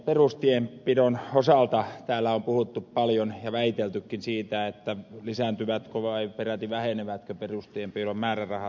perustienpidon osalta täällä on puhuttu paljon ja väiteltykin siitä että lisääntyvätkö vai peräti vähenevätkö perustienpidon määrärahat